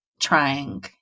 trying